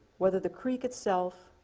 whether the creek itself,